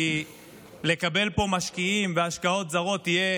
כי לקבל פה משקיעים והשקעות זרות יהיה